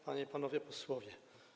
Panie i Panowie Posłowie!